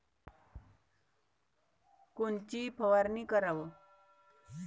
कोनची फवारणी कराव?